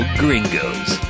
gringos